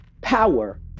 Power